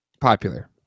popular